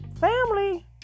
family